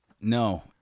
No